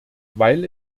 weil